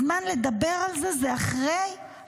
הזמן לדבר על זה הוא כמובן אחרי המלחמה".